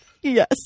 Yes